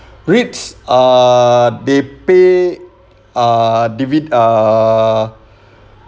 REITS ah they pay ah divi~ ah